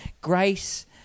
Grace